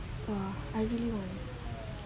mm baloi